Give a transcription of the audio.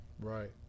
Right